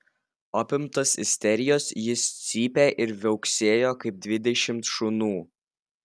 apimtas isterijos jis cypė ir viauksėjo kaip dvidešimt šunų